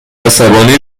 عصبانی